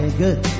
good